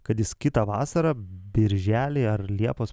kad jis kitą vasarą birželį ar liepos